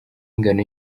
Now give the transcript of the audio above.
ingano